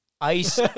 Ice